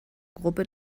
gruppe